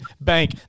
Bank